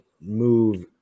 move